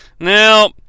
Now